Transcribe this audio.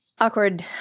Awkward